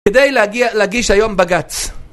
כדי להגיש היום בגץ